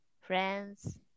friends